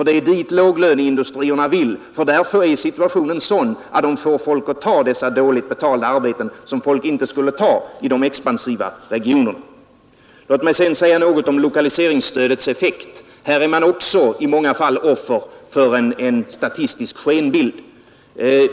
Det är dit låglöneindustrierna vill, för där är situationen sådan att de får folk att ta dessa dåligt betalda arbeten som de inte skulle ta i de expansiva regionerna. Låt mig säga något om lokaliseringsstödets effekt! Här är man också i många fall offer för en statistisk skenbild.